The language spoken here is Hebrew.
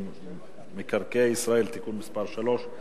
חוק מקרקעי ישראל (תיקון מס' 3),